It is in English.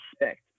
respect